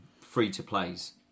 free-to-plays